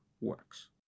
works